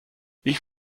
ich